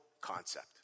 concept